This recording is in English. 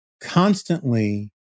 constantly